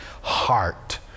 heart